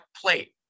plate